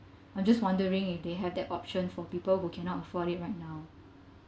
I'm just wondering if they have that option for people who cannot afford it right now